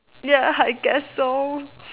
ya I guess so